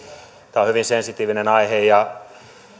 tämä on hyvin sensitiivinen aihe ja